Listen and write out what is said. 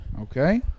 Okay